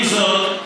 עם זאת,